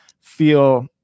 feel